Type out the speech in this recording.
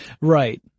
Right